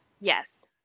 Yes